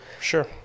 Sure